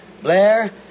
Blair